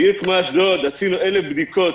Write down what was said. בעיר אשדוד עשינו כמעט 1,000 בדיקות